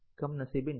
કમનસીબે ના